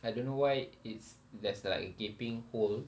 I don't know why it's there's like a gaping hole